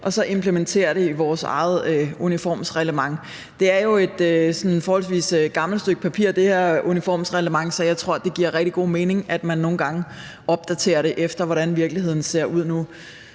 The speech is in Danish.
og implementere det gode i vores eget uniformsreglement. Det er jo et forholdsvis gammelt stykke papir, så jeg tror, det giver rigtig god mening, at man nogle gange opdaterer det efter, hvordan virkeligheden ser ud nu.